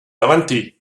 avanti